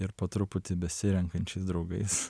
ir po truputį besirenkančiais draugais